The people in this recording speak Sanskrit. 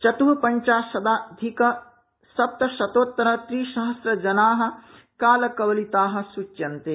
चतुःपञ्चाशदधिक सप्तशतोत्तर त्रिसहस्न जनाः कालकवलिता सूच्यन्ते